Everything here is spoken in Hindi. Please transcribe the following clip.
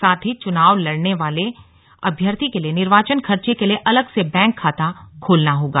साथ ही चुनाव लड़ने वाले अभ्यर्थी के लिए निर्वाचन खर्चे के लिए अलग से बैंक खाता खोलना होगा